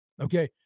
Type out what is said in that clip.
Okay